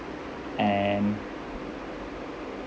and